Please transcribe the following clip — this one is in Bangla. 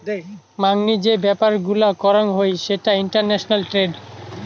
মাংনি যে ব্যাপার গুলা করং হই সেটা ইন্টারন্যাশনাল ট্রেড